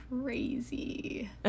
crazy